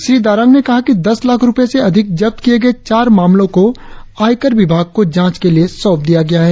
श्री दारांग ने कहा कि दस लाख रुपए से अधिक जब्त किए गए चार मामलों को आयकर विभाग को जांच के लिए सौंप दिया गया है